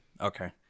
Okay